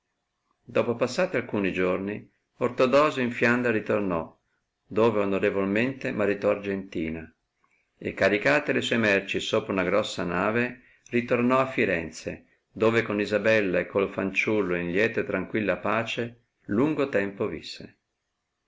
dopo passati alcuni giorni ortodosio in fiandra ritornò dove onorevolmente maritò argentina e caricate le sue merci sopra una grossa nave ritornò a firenze dove con isabella e col fanciullo in lieta e tranquilla pace lungo tempo visse